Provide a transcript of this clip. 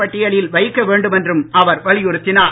பட்டியலில் வைக்க வேண்டும் என்று அவர் வலியுறுத்தினார்